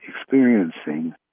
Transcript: experiencing